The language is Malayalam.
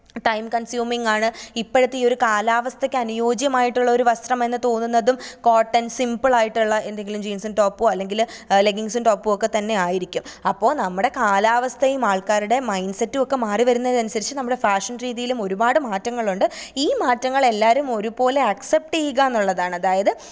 ടൈം കൺസ്യൂമിങ്ങാണ് ഇപ്പഴത്തെ ഈ ഒര് കാലാവസ്ഥയ്ക്കനുയോജ്യമായിട്ടുള്ളൊര് വസ്ത്രം എന്ന് തോന്നുന്നതും കോട്ടൺ സിമ്പിളായിട്ടുള്ള എന്തെങ്കിലും ജീൻസും ടോപ്പോ അല്ലെങ്കില് ലെഗീൻസ്സും ടോപ്പോ ഒക്കെത്തന്നെ ആയിരിക്കും അപ്പോൾ നമ്മുടെ കാലാവസ്ഥയും ആൾക്കാരടെ മൈൻസെറ്റുവൊക്കെ മാറി വരുന്നത് അനുസരിച്ച് നമ്മുടെ ഫാഷൻ രീതിയിലും ഒരുപാട് മാറ്റങ്ങളുണ്ട് ഈ മാറ്റങ്ങളെല്ലാവരും ഒരുപോലെ ആക്സെപ്റ്റ് ചെയ്യുക എന്നുള്ളതാണ് അതായത്